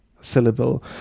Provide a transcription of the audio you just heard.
syllable